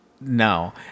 No